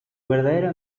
verdadero